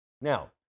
Now